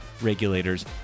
regulators